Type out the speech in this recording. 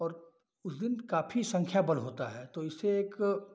और उस दिन काफ़ी संख्या बल होता है तो इससे एक